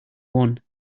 one